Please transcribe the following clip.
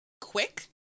quick